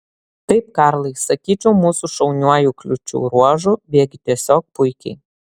taip karlai sakyčiau mūsų šauniuoju kliūčių ruožu bėgi tiesiog puikiai